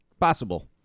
Possible